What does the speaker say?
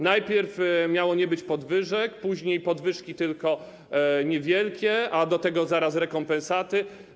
Najpierw miało nie być podwyżek, później podwyżki tylko niewielkie, a do tego zaraz rekompensaty.